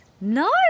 No